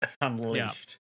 unleashed